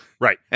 Right